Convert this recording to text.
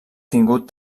tingut